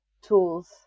tools